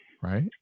right